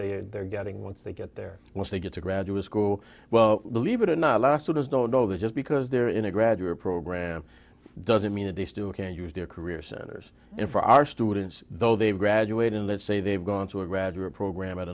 they are they're getting once they get there once they get to graduate school well believe it or not law students don't know that just because they're in a graduate program doesn't mean that these two can use their career centers and for our students though they've graduated let's say they've gone to a graduate program at